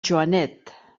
joanet